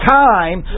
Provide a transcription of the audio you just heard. time